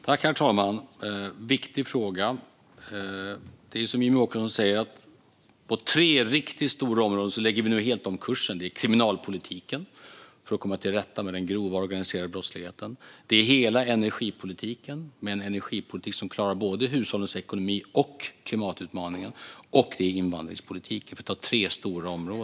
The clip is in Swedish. Herr talman! Det är en viktig fråga. Som Jimmie Åkesson säger lägger vi nu helt om kursen på tre riktigt stora områden. Det är kriminalpolitiken, för att komma till rätta med den grova organiserade brottsligheten, det är hela energipolitiken, med en politik som klarar både hushållens ekonomi och klimatutmaningen, och det är invandringspolitiken.